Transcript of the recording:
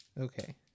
Okay